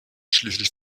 schließlich